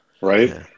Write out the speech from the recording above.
right